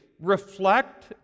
reflect